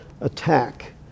attack